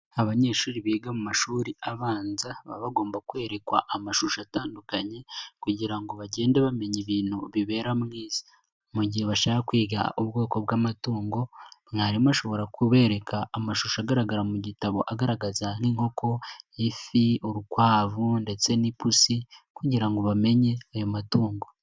Abanyeshuri biga mu mashuri abanza baba bagomba kwerekwa amashusho atandukanye kugira ngo bagende bamenya ibintu bibera mu isi, mu gihe bashaka kwiga ubwoko bw'amatungo mwarimu ashobora kubereka amashusho agaragara mu gitabo agaragaza nk'inkoko, ifi, urukwavu ndetse n'ipusi kugira ngo bamenye ayo matungo.